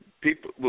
people